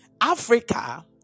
Africa